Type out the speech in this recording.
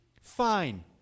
Fine